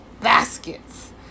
baskets